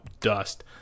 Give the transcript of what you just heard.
dust